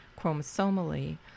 chromosomally